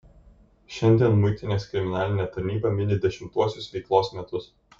šiandien muitinės kriminalinė tarnyba mini dešimtuosius veiklos metus